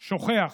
שוכח.